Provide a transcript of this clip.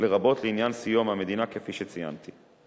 לרבות לעניין סיוע מהמדינה כפי שציינתי.